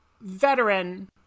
veteran